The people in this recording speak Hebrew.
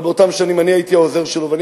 אבל באותן שנים אני הייתי העוזר שלו ואני